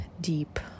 deep